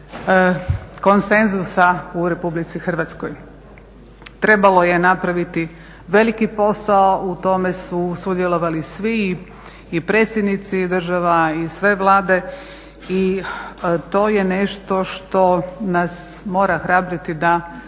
konsenzusa u Republici Hrvatskoj. Trebalo je napraviti veliki posao, u tome su sudjelovali svi i predsjednici država i sve vlade i to je nešto što nas mora hrabriti da